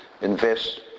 invest